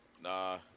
Nah